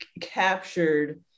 captured